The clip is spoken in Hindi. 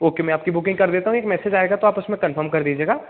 ओके मैं आपकी बुकिंग कर देता हूँ एक मैसेज आएगा तो आप उसमें कन्फ़म कर दीजिएगा